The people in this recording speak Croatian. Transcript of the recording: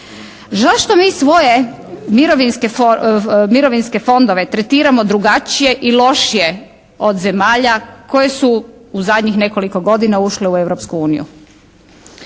Zašto mi svoje mirovinske fondove tretiramo drugačije i lošije od zemalja koje su u zadnjih nekoliko godina ušle u